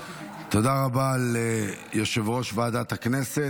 תודה רבה ליושב-ראש ועדת הכנסת.